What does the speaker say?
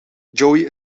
joey